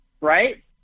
right